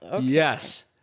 Yes